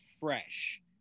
fresh